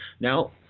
Now